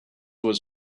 was